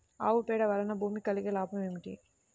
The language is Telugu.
ఆవు పేడ వలన భూమికి కలిగిన లాభం ఏమిటి?